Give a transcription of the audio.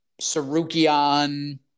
Sarukian